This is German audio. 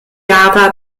java